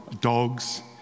dogs